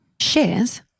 Shares